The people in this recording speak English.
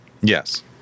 Yes